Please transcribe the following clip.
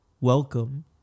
Welcome